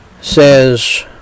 says